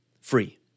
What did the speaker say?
free